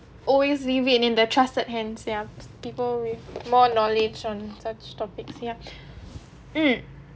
always leave it in the trusted hands ya people with more knowledge on such topics ya mm